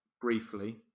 Briefly